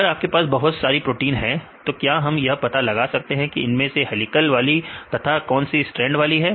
अगर आपके पास बहुत सारी प्रोटीन है तो क्या हम यह पता लगा सकते हैं इनमें से कौन सी हेलिकल वाली है तथा कौन सी स्ट्रैंड वाली है